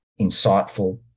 insightful